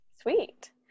Sweet